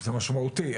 זה משמעותי.